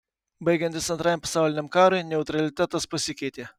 baigiantis antrajam pasauliniam karui neutralitetas pasikeitė